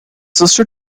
sister